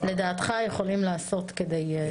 לדעתך יכולים לעשות כדי לשפר את המצב?